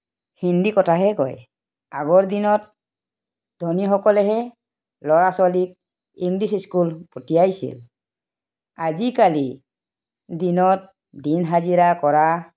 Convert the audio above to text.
হিন্দি কথাহে কয় আগৰ দিনত ধনীসকলেহে ল'ৰা ছোৱালীক ইংলিছ স্কুল পঠিয়াইছিল আজিকালি দিনত দিন হাজিৰা কৰা